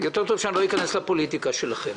יותר טוב שלא אכנס לפוליטיקה שלכם